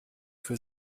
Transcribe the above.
für